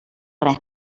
res